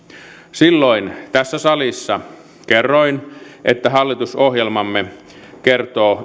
silloin tässä salissa kerroin että hallitusohjelmamme kertoo